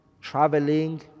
traveling